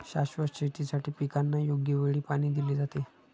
शाश्वत शेतीसाठी पिकांना योग्य वेळी पाणी दिले जाते